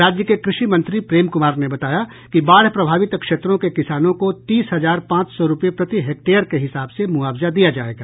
राज्य के कृषि मंत्री प्रेम कुमार ने बताया कि बाढ़ प्रभावित क्षेत्रों के किसानों को तीस हजार पांच सौ रूपये प्रति हेक्टेयर के हिसाब से मुआवजा दिया जायेगा